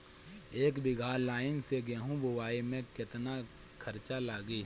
एक बीगहा लाईन से गेहूं बोआई में केतना खर्चा लागी?